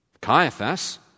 Caiaphas